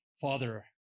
Father